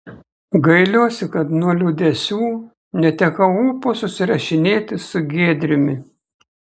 gailiuosi kad nuo liūdesių netekau ūpo susirašinėti su giedriumi